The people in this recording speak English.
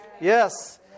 Yes